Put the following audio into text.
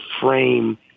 frame